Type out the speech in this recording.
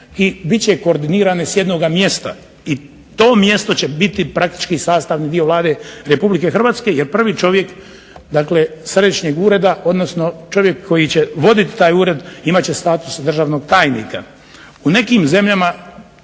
i biti će koordinirane s jednog mjesta i to mjesto će biti sastavni dio Vlade Republike Hrvatske jer prvi čovjek središnjeg ureda, odnosno čovjek koji će voditi taj ured imati će status državnog tajnika. U nekim zemljama